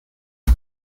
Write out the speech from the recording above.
est